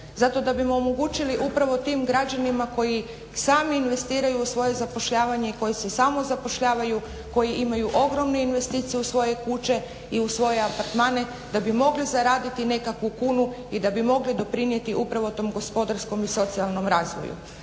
zato da bi omogućili upravo tim građanima koji sami investiraju u svoje zapošljavanje i koji se samozapošljavaju, koji imaju ogromnu investiciju u svoje kuće i u svoje apartmane, da bi mogli zaraditi nekakvu kunu i da bi mogli doprinijeti upravo tom gospodarskom i socijalnom razvoju.